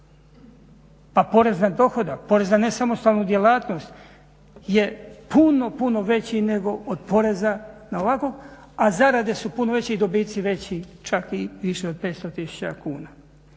Pa porez na dohodak, porez na nesamostalnu djelatnost je puno, puno veći od poreza ovako, a zarade su puno veće i dobici veći čak i više od 500 tisuća kuna.